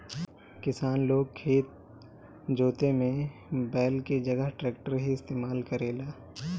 किसान लोग खेत जोते में बैल के जगह ट्रैक्टर ही इस्तेमाल करेला